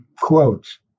quotes